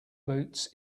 boots